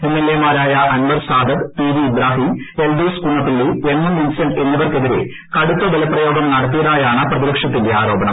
MLA മാരായ Anwar Sadath TV Ibrahim Eldhose Kunnappilly M M Vincent എന്നിവർക്കെതിരെ കടുത്ത ബലപ്രയോഗം നടത്തിയതായാണ് പ്രതിപക്ഷത്തിന്റെ ആരോപണം